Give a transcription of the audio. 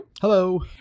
Hello